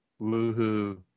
Woohoo